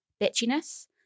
bitchiness